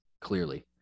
clearly